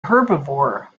herbivore